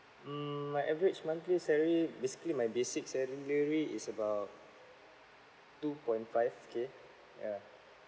mm my average monthly salary basically my basic salary is about two point five K yeah